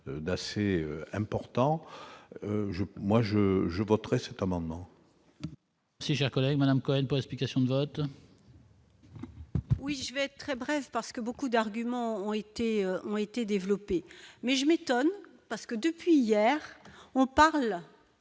d'assez important je, moi je, je voterai cet amendement. C'est cher collègue Madame Cohen pas, explications de vote. Oui, je vais être très bref parce que beaucoup d'arguments ont été ont été développés mais je m'étonne parce que depuis hier, on parle